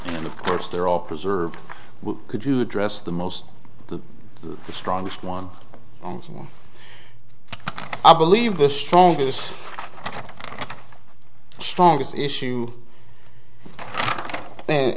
and of course they're all preserved could you address the most the strongest one i believe the strongest strongest issue